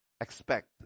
expect